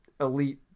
elite